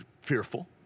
fearful